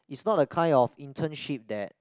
it's not the kind of internship that